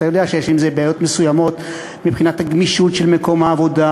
אתה יודע שיש עם זה בעיות מסוימות מבחינת הגמישות של מקום העבודה,